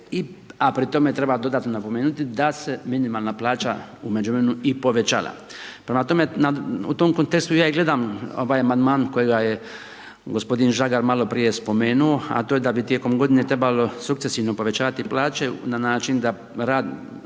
a pri time treba dodatno napomenuti, da se minimalna plaća u međuvremenu i povećala. Prema tome, u tom kontekstu ja i gledam ovaj amandman kojega je g. Žagar maloprije spomenuo, a to je da bi tijekom g. trebalo sukcesivno povećavati plaće na način da rast